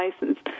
license